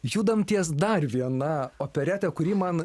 judam ties dar viena operete kuri man